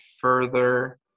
further